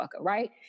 right